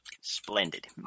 Splendid